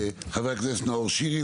חבר הכנסת נאור שירי,